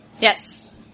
Yes